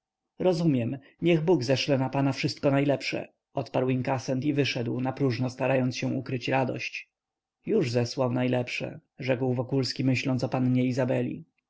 rozumiem niech bóg zeszle na pana wszystko najlepsze odparł inkasent i wyszedł napróżno starając się ukryć radość już zesłał najlepsze rzekł wokulski myśląc o pannie izabeli